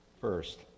first